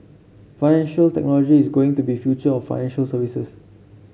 financial technology is going to be future of financial services